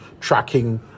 tracking